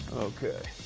okay.